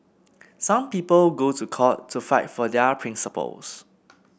some people go to court to fight for their principles